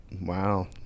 Wow